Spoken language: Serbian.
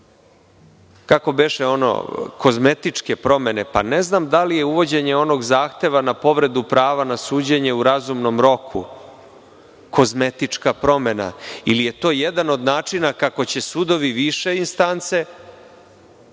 kako beše ono – kozmetičke promene. Ne znam da li uvođenje onog zahteva na povredu prava na suđenje u razumnom roku, da li je kozmetička promena ili je to jedan od načina kako će sudovi više instance,